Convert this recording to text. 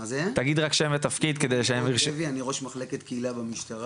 הוד לוי, אני ראש מחלקת קהילה במשטרה,